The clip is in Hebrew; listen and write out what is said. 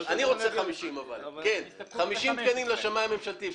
אני רוצה 50 תקנים לשמאי הממשלתי.